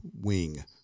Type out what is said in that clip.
wing